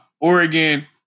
Oregon